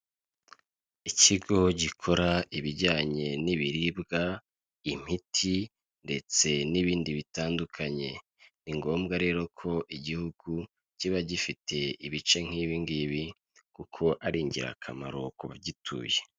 Ikigo gikora ibijyanye n'ibiribwa imiti ndetse n'ibindi bitandukanye, ni ngombwa rero ko igihugu kiba gifite ibice nk'ibingibi kuko ari ingirakamaro ku bagituye.